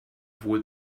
wohl